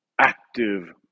active